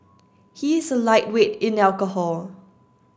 he is a lightweight in alcohol